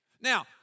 Now